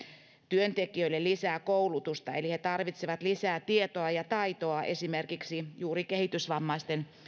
työntekijöille lisää koulutusta eli he tarvitsevat lisää tietoa ja taitoa esimerkiksi juuri kehitysvammaisten